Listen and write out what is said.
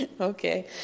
Okay